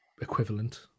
equivalent